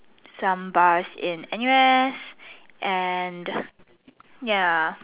some bars in N_U_S and the ya